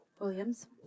Williams